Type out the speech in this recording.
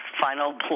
Final